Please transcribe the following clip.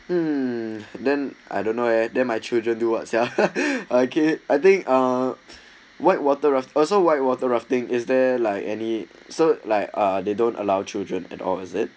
um then I don't know eh then my children do what's ya okay I think uh whitewater raft also whitewater rafting is there like any so like uh they don't allow children at all is it